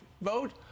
vote